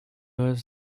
was